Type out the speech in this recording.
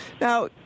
Now